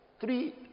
Three